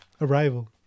Arrival